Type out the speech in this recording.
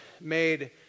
made